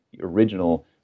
original